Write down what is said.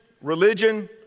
religion